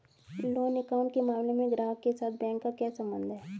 Loan account के मामले में ग्राहक के साथ बैंक का क्या संबंध है?